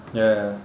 ya ya